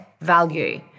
value